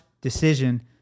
decision